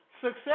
success